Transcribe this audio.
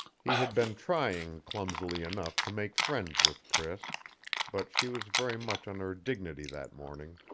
he had been trying, clumsily enough, to make friends with priss but she was very much on her dignity that morning.